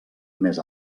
més